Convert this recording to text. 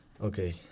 Okay